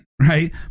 right